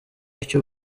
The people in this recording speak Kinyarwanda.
icyo